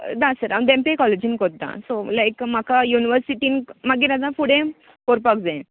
ना सर हांव धेंपे कॉलेजीन कोत्ता सो लायक म्हाका यूनीवरसीटीन मागीर आता फुडे व्हरपाक जाय